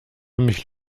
mich